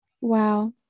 Wow